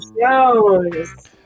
Jones